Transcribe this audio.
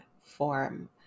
form